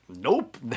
nope